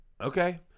Okay